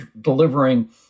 delivering